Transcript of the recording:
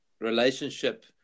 relationship